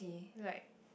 like